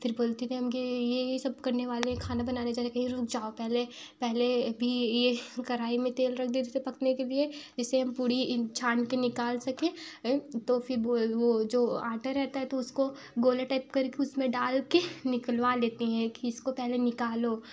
फिर बोलती के उनके ये ये सब करने वाले खाना बनाने चले थे ए रुक जाओ पहले पहले भी ये कराही में तेल रख देते थे पकने के लिए जिससे हम पूड़ी इ छान के निकाल सकें तो फिर बो वो जो आटा रहता है तो उसको गोला टाइप करके उसमें डाल कर निकलवा लेते हैं की इसको पहले निकालो